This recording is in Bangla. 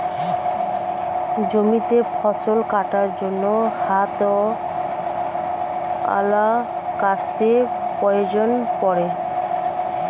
জমিতে ফসল কাটার জন্য হাতওয়ালা কাস্তের প্রয়োজন পড়ে